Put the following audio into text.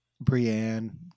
Brienne